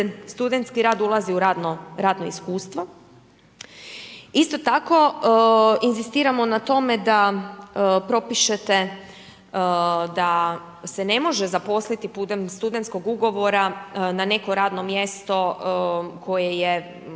studentski rad ulazi u radno, radno iskustvo, isto tako inzistiramo na tome da propišete da se ne može zaposliti putem studentskog ugovora na neko radno mjesto koje je,